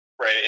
right